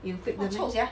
有 fake 的 meh